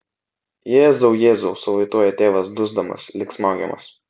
jėzau jėzau suvaitoja tėvas dusdamas lyg smaugiamas